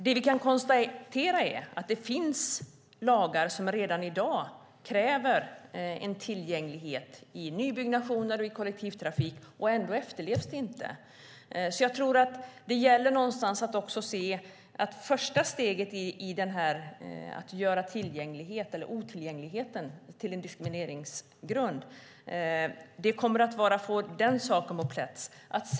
Det vi kan konstatera är att det finns lagar som redan i dag kräver en tillgänglighet i nybyggnationer och i kollektivtrafik, och ändå efterlevs det inte. Jag tror att det någonstans gäller att se till att första steget är att göra otillgängligheten till en diskrimineringsgrund, att få det på plats.